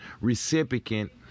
recipient